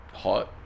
Hot